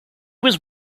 was